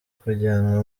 kujyanwa